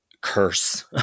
curse